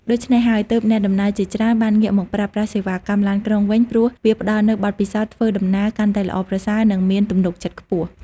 ដូច្នេះហើយ ទើបអ្នកដំណើរជាច្រើនបានងាកមកប្រើប្រាស់សេវាកម្មឡានក្រុងវិញព្រោះវាផ្តល់នូវបទពិសោធន៍ធ្វើដំណើរកាន់តែល្អប្រសើរនិងមានទំនុកចិត្តខ្ពស់។